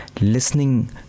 listening